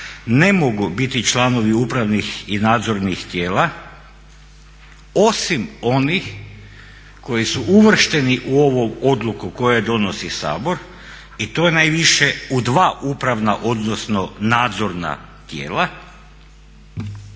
ne mogu biti članovi upravnih i nadzornih tijela, osim onih koji su uvršteni u ovu odluku koju donosi Sabor i to najviše u dva upravna odnosno nadzorna tijela,